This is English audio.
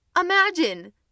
Imagine